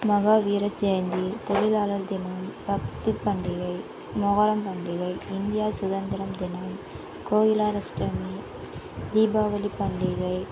மகாவீர் ஜெயந்தி தொழிலாளர் தினம் பக்ரீத் பண்டிகை மொஹரம் பண்டிகை இந்தியா சுகந்திரம் தினம் கோகிலாஷ்டமி தீபாவளி பண்டிகை